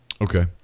Okay